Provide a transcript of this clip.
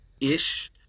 ish